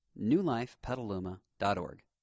newlifepetaluma.org